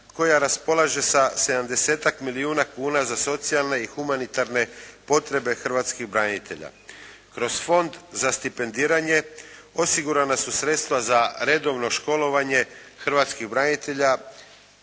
koja raspolaže sa sedamdesetak milijuna kuna za socijalne i humanitarne potrebe hrvatskih branitelja. Kroz Fond za stipendiranje osigurana su sredstva za redovno školovanje hrvatskih branitelja